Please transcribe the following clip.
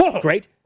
great